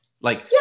Like-